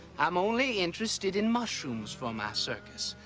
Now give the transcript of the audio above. i'm only interested in mushrooms for my circus.